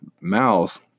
mouth